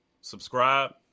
subscribe